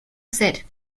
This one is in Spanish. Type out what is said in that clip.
hacer